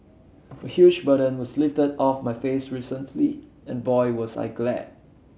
a huge burden was lifted off my face recently and boy was I glad